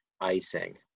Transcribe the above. icing